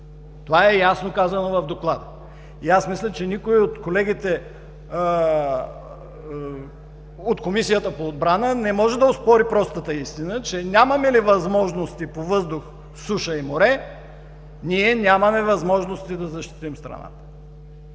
Това ясно е казано в Доклада. И аз мисля, че никой от колегите от Комисията по отбраната не може да оспори простата истина, че нямаме ли възможност по въздух, суша и море, ние нямаме възможности да защитим страната.